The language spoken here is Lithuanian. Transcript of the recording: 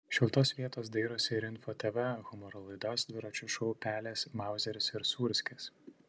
šiltos vietos dairosi ir info tv humoro laidos dviračio šou pelės mauzeris ir sūrskis